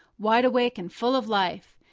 wide awake and full of life,